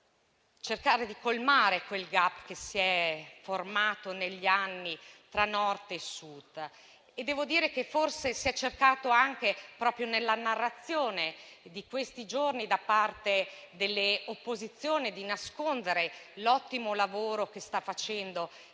cercare di colmare quel *gap* che si è formato negli anni tra Nord e Sud e forse si è cercato, anche nella narrazione di questi giorni, da parte delle opposizioni, di nascondere l'ottimo lavoro che sta facendo